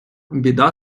біда